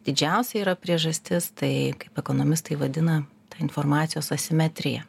didžiausia yra priežastis tai kaip ekonomistai vadina informacijos asimetrija